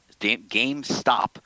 GameStop